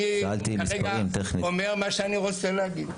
אני כרגע אומר מה שאני רוצה להגיד.